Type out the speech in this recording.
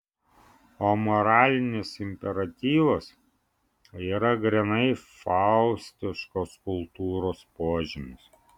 o moralinis imperatyvas yra grynai faustiškos kultūros požymis